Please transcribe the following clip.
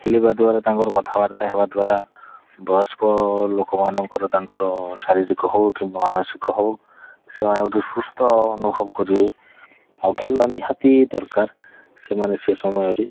ଖେଲିବା ଦ୍ଵାରା ତାଙ୍କର କଥାବାର୍ତ୍ତା ହେବା ଦ୍ଵାରା ବୟସ୍କ ଲୋକମାନଙ୍କର ତାଙ୍କର ଶାରୀରିକ ହେଉ କିମ୍ବା ମାନସିକ ହେଉ ସେମାନେ ଗୋଟେ ସୁସ୍ଥ ଅନୁଭବ କରିବେ ଆଉ ଖେଲ ନିହାତି ଦରକାର ସେମାନେ ସେ ସମୟରେ